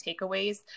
takeaways